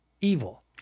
evil